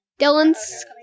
Dylan's